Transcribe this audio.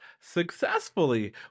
successfully